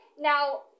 Now